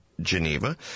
Geneva